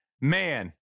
man